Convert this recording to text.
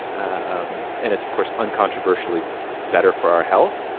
um and it's, of course, uncontroversially better for our health.